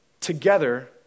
together